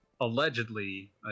Allegedly